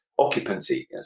occupancy